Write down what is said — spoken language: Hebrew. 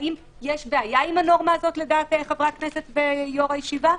האם יש בעיה עם הנורמה הזאת לדעת חברי הכנסת ויו"ר הישיבה?